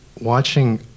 watching